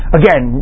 again